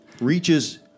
Reaches